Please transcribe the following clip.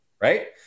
right